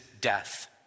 death